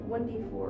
1d4